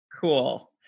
Cool